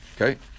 Okay